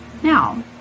Now